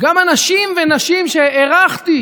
שגם אנשים ונשים שהערכתי,